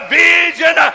vision